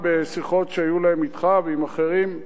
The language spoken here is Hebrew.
בשיחות שהיו להם אתך ועם אחרים,